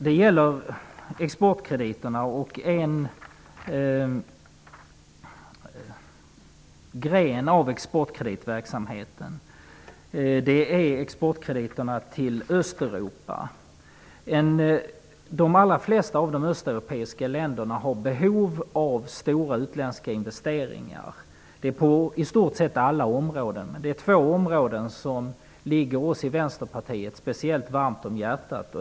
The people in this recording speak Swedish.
Det gäller exportkrediterna, en gren av exportkreditverksamheten, nämligen exportkrediterna till Östeuropa. De allra flesta av de östeuropeiska länderna ha behov av stora utländska investeringar på i stort sett alla områden. Men det är två områden som ligger oss i Vänsterpartiet speciellt varmt om hjärtat.